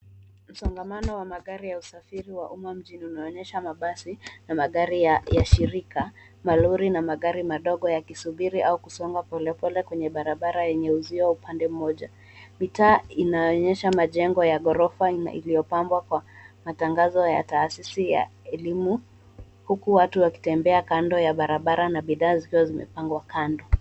Msongamano wa magari ya usafiri wa umma unaonyesha mabasi na magari ya shirika ,malori na magari madogo yakisubiri au kusonga polepole kqenye barabara yenye uzio upande mmoja. Mitaa inaonyesha majengo ya ghorofa yaliyopambwa kwa matangazo ya taasisi ya elimu huku watu wakitembea kando ya barabara na bidhaa zikiwa zimepangwa kando.